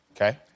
Okay